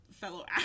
fellow